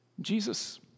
Jesus